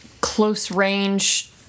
close-range